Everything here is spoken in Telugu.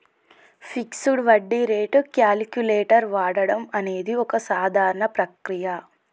ఫిక్సడ్ వడ్డీ రేటు క్యాలిక్యులేటర్ వాడడం అనేది ఒక సాధారణ ప్రక్రియ